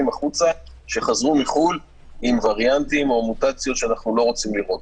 החוצה שחזרו מחו"ל עם וריאנטים או מוטציות שאנחנו לא רוצים לראות.